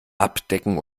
abdecken